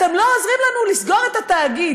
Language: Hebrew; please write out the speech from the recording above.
אתם לא עוזרים לנו לסגור את התאגיד.